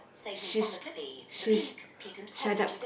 sh~ sh~ shut up